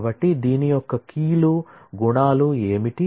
కాబట్టి దీని యొక్క కీ లు గుణాలు ఏమిటి